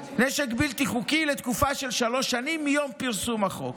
בלתי חוקי לתקופה של שלוש שנים מיום פרסום החוק.